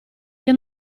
che